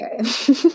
okay